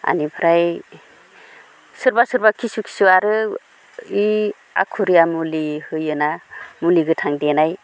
बेनिफ्राय सोरबा सोरबा खिसु खिसु आरो ओइ आखुरिया मुलि होयोना मुलि गोथां देनाय